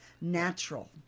natural